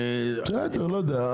בסדר, לא יודע.